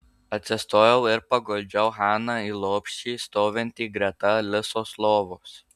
atsistojau ir paguldžiau haną į lopšį stovintį greta alisos lovos